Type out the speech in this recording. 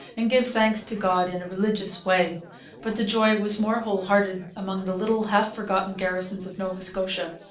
and give thanks to god in a religious way but the joy was more whole-hearted among the little, half-forgotten garrisons of nova scotia.